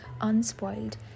unspoiled